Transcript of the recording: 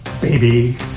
baby